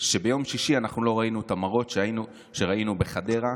שביום שישי אנחנו לא ראינו את המראות שראינו בחדרה.